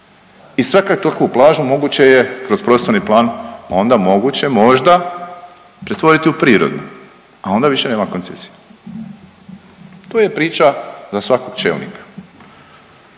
i svaku takvu plažu moguće je kroz prostorni plan onda moguće možda pretvoriti u prirodni, a onda više nema koncesije. To je priča za svakog čelnika.